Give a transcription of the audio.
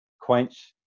quench